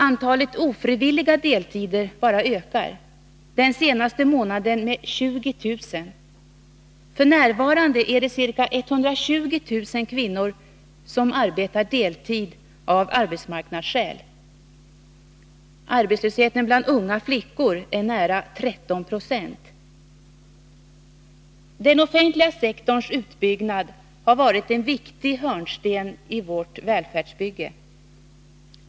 Antalet ofrivilliga deltider bara ökar — den senaste månaden med 20 000. F. n. är det ca 120 000 kvinnor som arbetar deltid av arbetsmarknadsskäl. Arbetslösheten bland unga flickor är nära 13 9. Den offentliga sektorns utbyggnad har varit en viktig hörnsten i vårt välfärdsbygge.